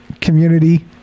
community